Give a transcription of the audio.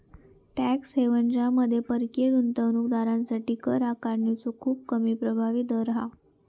tax haven ज्यामध्ये परकीय गुंतवणूक दारांसाठी कर आकारणीचो खूप कमी प्रभावी दर हा